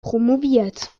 promoviert